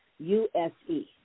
U-S-E